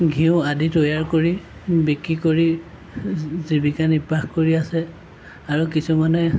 ঘিঁউ আদি তৈয়াৰ কৰি বিক্ৰী কৰি জীৱিকা নিৰ্বাহ কৰি আছে আৰু কিছুমানে